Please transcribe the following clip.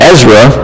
Ezra